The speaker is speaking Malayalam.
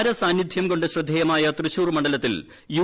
താരസാന്നിദ്ധ്യം കൊണ്ട് ശ്രദ്ധേയ മായ തൃശൂർ മണ്ഡലത്തിൽ യു